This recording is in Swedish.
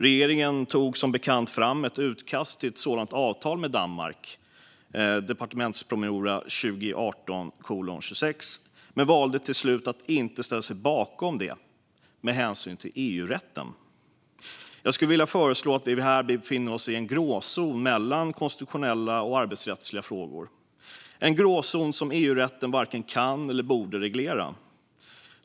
Regeringen tog som bekant fram ett utkast till ett sådant avtal med Danmark - departementspromemorian Ds 2018:26 - men valde till slut att inte ställa sig bakom det med hänsyn till EU-rätten. Jag skulle vilja säga att vi här befinner oss i en gråzon mellan konstitutionella och arbetsrättsliga frågor, en gråzon som EU-rätten varken kan eller borde reglera.